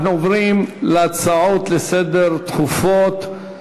אנחנו עוברים להצעות דחופות לסדר-היום: